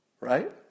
right